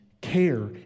care